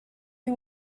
who